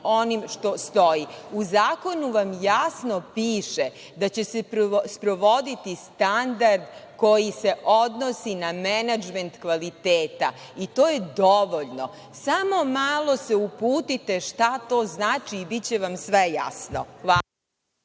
onim što stoji. U zakonu vam jasno piše da će se sprovoditi standard koji se odnosi na menadžment kvaliteta i to je dovoljno. Samo malo se uputite šta to znači i biće vam sve jasno. Hvala.